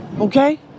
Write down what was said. Okay